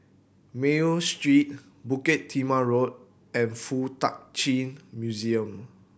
Mayo Street Bukit Timah Road and Fuk Tak Chi Museum